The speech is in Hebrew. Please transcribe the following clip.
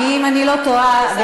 אם אני לא טועה,